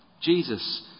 Jesus